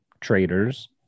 traders